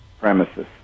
premises